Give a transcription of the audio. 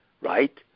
right